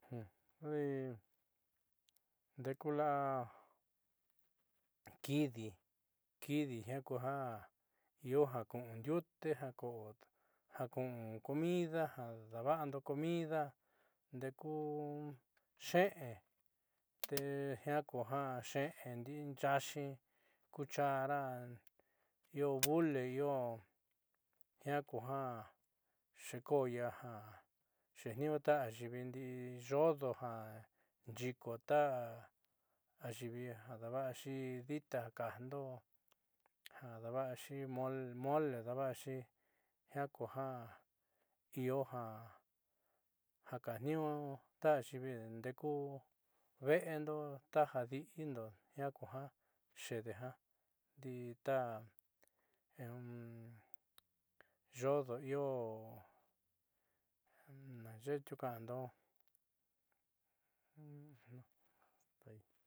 Ndeku la'a kidi kidi jiaa kuja io ja ku'un ndiute ja ku'un comida ja dava'ando comida ndeku xe'en tejia kuja xe'en ndi'i yaáxi cuchara io bule io jiaa kuja xiiko'o ia ja xeetniiñuu ta ayiivi ndi'i yodo ja nyi'iko ta ayiivi ja dava'axi dita ja kajndo ja daava'axi mole daava'axi jiaa kuja io ja kaatniiñuu ta ayiivi ndeku ve'endo ta adi'indo jiaa kuja xede ja ndi'i ta yodo io nanxe'e tiuka'ando.